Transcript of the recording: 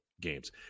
games